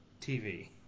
TV